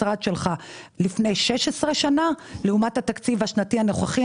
לפני 16 שנה לעומת התקציב השנתי הנוכחי.